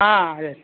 అదే